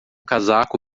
casaco